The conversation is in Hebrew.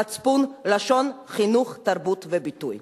מצפון, לשון, חינוך, תרבות וביטוי.